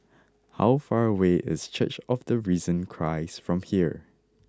how far away is Church of the Risen Christ from here